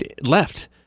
left